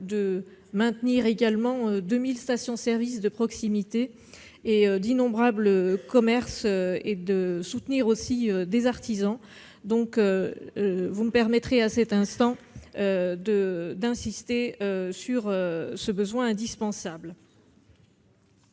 de maintenir également 2 000 stations-service de proximité, d'innombrables commerces, et de soutenir aussi des artisans. Vous me permettrez donc d'insister sur ce besoin indispensable.